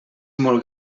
molt